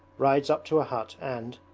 rides up to a hut and,